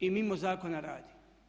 I mimo zakona radi.